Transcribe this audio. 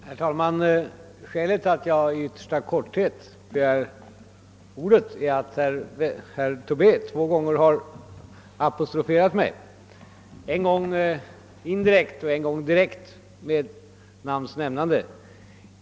Herr talman! Skälet till att jag begär ordet är att herr Tobé två gånger har apostroferat mig, en gång indirekt och en gång direkt med namns nämnande.